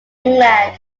england